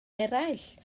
eraill